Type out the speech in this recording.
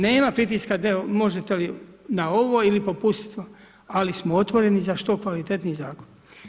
Nema pritiska možete li na ovo ili popustit malo, ali smo otvoreni za što kvalitetniji zakon.